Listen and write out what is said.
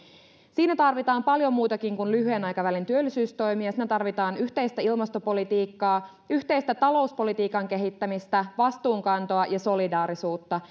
siinä tarvitaan paljon muutakin kuin lyhyen aikavälin työllisyystoimia siinä tarvitaan yhteistä ilmastopolitiikkaa yhteistä talouspolitiikan kehittämistä vastuunkantoa ja solidaarisuutta